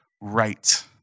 right